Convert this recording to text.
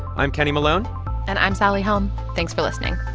i'm kenny malone and i'm sally helm. thanks for listening